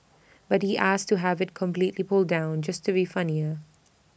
but he asked to have IT completely pulled down just to be funnier